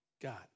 God